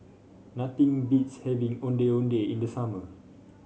nothing beats having Ondeh Ondeh in the summer